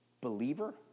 believer